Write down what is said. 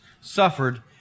suffered